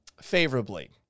favorably